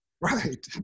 right